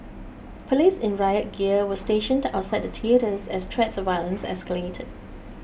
police in riot gear were stationed outside theatres as threats of violence escalated